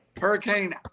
hurricane